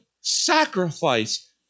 sacrifice